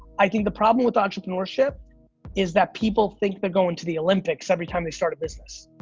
i think the problem with entrepreneurship is that people think they're going to the olympics every time they start a business.